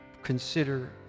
Consider